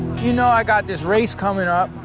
you know i got this race coming up.